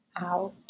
out